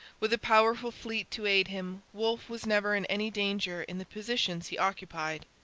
with a powerful fleet to aid him wolfe was never in any danger in the positions he occupied.